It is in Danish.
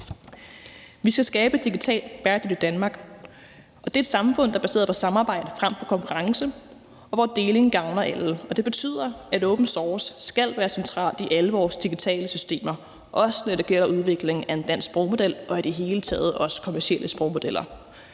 Vi skal skabe et digitalt bæredygtigt Danmark, og det er et samfund, der er baseret på samarbejde frem for konkurrence, og hvor deling gavner alle, og det betyder, at open source skal være centralt i alle vores digitale systemer, også når det gælder udvikling af en dansk sprogmodel og i det hele taget også kommercielle sprogmodeller.